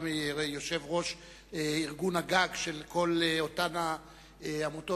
גם יושב-ראש ארגון הגג של כל אותן העמותות